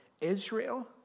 Israel